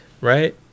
right